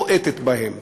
בועטת בהם.